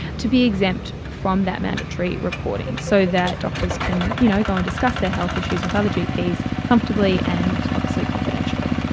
to be exempt from that mandatory reporting, so that doctors can you know go and discuss their health issues with other gps comfortably and obviously confidentially.